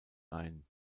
ein